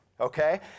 Okay